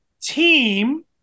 team